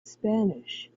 spanish